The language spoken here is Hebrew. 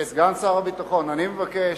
סגן שר הביטחון, אני מבקש,